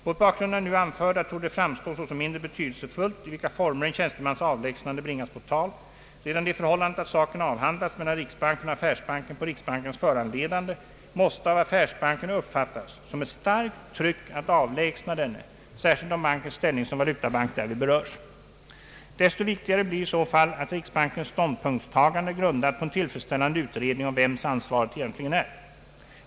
Mot bakgrunden av det nu anförda torde det framstå såsom mindre betydelsefullt i vilka former en tjänstemans avlägsnande bringas på tal, redan det förhållandet att saken avhandlas mellan riksbanken och affärsbanken på riksbankens föranledande måste av affärsbanken uppfattas som ett starkt tryck att avlägsna denne, särskilt om bankens ställning som valutabank därvid berörs. Desto viktigare blir i så fall att riksbankens ståndpunktstagande är grundat på en tillfredsställande utredning om vems ansvaret egentligen är.